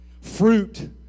Fruit